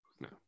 No